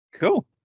Cool